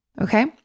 Okay